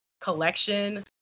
collection